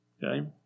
Okay